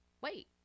wait